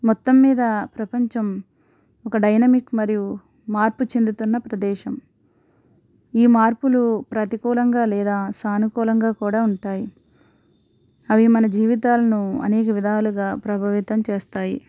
మొత్తం మీద ప్రపంచం ఒక డైనమిక్ మరియు మార్పు చెందుతున్న ప్రదేశం ఈ మార్పులు ప్రతికూలంగా లేదా సానుకూలంగా కూడా ఉంటాయి అవి మన జీవితాలను అనేక విధాలుగా ప్రభావితం చేస్తాయి